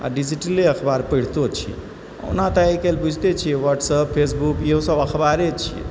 आ डिजिटले अखबार पढ़ितो छी ओना तऽ आइ काल्हि बुझिते छियै ह्वाटसएप फेसबुक इहो सभ अखबारे छियै